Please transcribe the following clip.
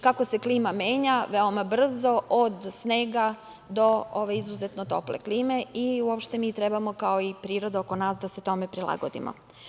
Kako se klima menja veoma brzo od snega do ove izuzetno tople klime i uopšte mi trebamo kao i priroda oko nas da se tome prilagodimo.